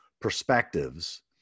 perspectives